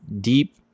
deep